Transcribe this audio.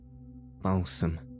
balsam